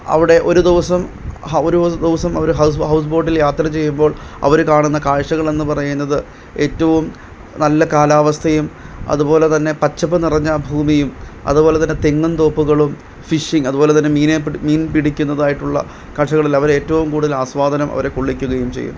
അവിടെ ഒരു ദിവസം ഒരു ദിവസം അവര് ഹൗസ് ബോ ഹൗസ് ബോട്ടിൽ യാത്ര ചെയ്യുമ്പോൾ അവര് കാണുന്ന കാഴ്ചകളെന്ന് പറയുന്നത് ഏറ്റവും നല്ല കാലാവസ്ഥയും അതുപോലെതന്നെ പച്ചപ്പ് നിറഞ്ഞ ഭൂമിയും അതുപോലെതന്നെ തെങ്ങുംതോപ്പുകളും ഫിഷിംഗ് അതുപോലെതന്നെ മീനെ പിടി മീൻ പിടിക്കുന്നതായിട്ടുള്ള കാഴ്ചകല് അവര് ഏറ്റവും കൂടുതൽ ആസ്വാദനം അവര് കൊള്ളിക്കുകയും ചെയ്യുന്നുണ്ട്